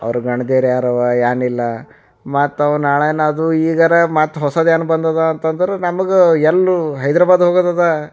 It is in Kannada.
ಅವ್ರ ಗಂಡದಿರ್ ಯಾರವ್ವ ಏನಿಲ್ಲ ಮತ್ತವು ನಾಳೆನದು ಈಗಾರ ಮತ್ತು ಹೊಸದನು ಬಂದದ ಅಂತಂದ್ರೆ ನಮ್ಗೆ ಎಲ್ಲರು ಹೈದರಾಬಾದ್ ಹೋಗೋದದ